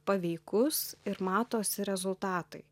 paveikus ir matosi rezultatai